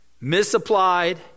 misapplied